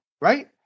right